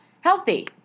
healthy